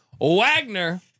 Wagner